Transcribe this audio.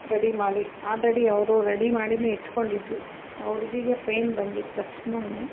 ready ಮಾಡಿ already ಅವರು ready ಮಾಡಿನೆ ಇಟ್ಕೊಂಡಿದ್ರು ಆ ಹುಡುಗಿಗೆ ಪೇಯಿನ್ ಬಂದಿದ ತಕ್ಷಣ